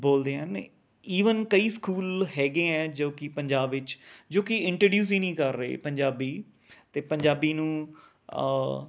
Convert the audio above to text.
ਬੋਲਦੇ ਹਨ ਈਵਨ ਕਈ ਸਕੂਲ ਹੈਗੇ ਹੈ ਜੋ ਕਿ ਪੰਜਾਬ ਵਿੱਚ ਜੋ ਕਿ ਇਟਰਡਿਊਸ ਹੀ ਨਹੀਂ ਕਰ ਰਹੇ ਪੰਜਾਬੀ ਅਤੇ ਪੰਜਾਬੀ ਨੂੰ